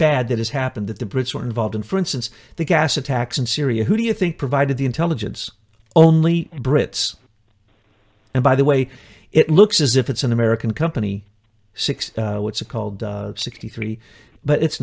bad that has happened that the brits were involved in for instance the gas attacks in syria who do you think provided the intelligence only the brits and by the way it looks as if it's an american company six what's it called sixty three but it's